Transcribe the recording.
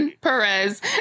perez